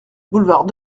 boulevard